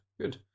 Good